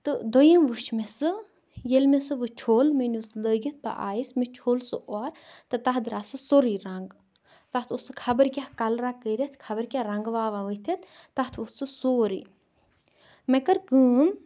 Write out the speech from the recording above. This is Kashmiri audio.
تہٕ دوٚیِم وٕچھ مےٚ سُہ ییٚلہِ مےٚ سُہ وۄنۍ چھوٛل مےٚ نِیو سُہ لٲگِتھ بہٕ آیَس مےٚ چھوٛل سُہ اورٕ تَتھ دراو سُہ سورے رنگ تَتھ اوس سُہ خبر کیاہ کَلراہ کٔرِتھ خبر کیٛاہ رنگ واوا ؤتِتھ تَتھ ووتھ سُہ سورے مےٚ کٔر کٲم